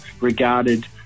regarded